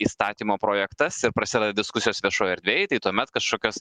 įstatymo projektas ir prasideda diskusijos viešoj erdvėj tai tuomet kažkokios